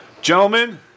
Gentlemen